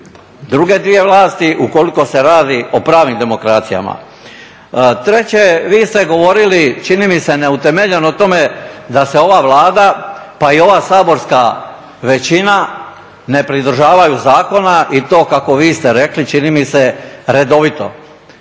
druge dvije vlasti ukoliko se radi o pravim demokracijama. Treće, vi se govorili čini mi se neutemeljeno o tome da se ova Vlada pa i ova saborska većina ne pridržavaju zakona i to kako vi ste rekli čini mi se redovito.